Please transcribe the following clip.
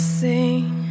sing